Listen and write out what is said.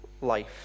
life